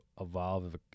evolve